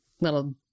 little